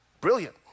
brilliant